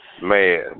Man